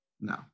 no